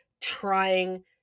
trying